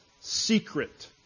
secret